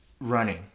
running